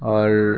और